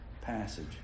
passage